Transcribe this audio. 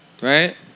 right